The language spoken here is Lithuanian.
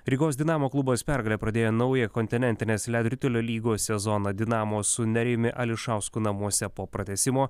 rygos dinamo klubas pergale pradėjo naują kontinentinės ledo ritulio lygos sezoną dinamo su nerijumi ališausku namuose po pratęsimo